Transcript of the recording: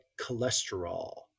cholesterol